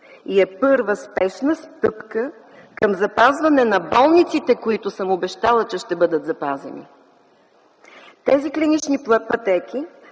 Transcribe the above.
и е първа спешна стъпка към запазване на болниците, които съм обещала, че ще бъдат запазени. Тези клинични пътеки